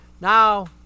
Now